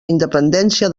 independència